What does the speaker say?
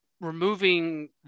removing